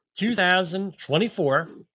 2024